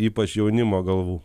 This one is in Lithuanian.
ypač jaunimo galvų